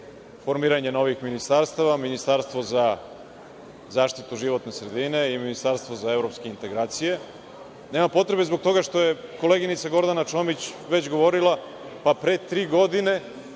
formiranje novih ministarstava, ministarstvo za zaštitu životne sredine i ministarstvo za evropske integracije. Nema potrebe zbog toga što je koleginica Gordana Čomić već govorila - pa pre tri godine